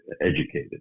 educated